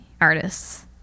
artists